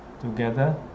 together